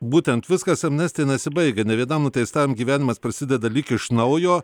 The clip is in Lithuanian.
būtent viskas amnestija nesibaigia ne vienam nuteistajam gyvenimas prasideda lyg iš naujo